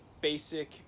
basic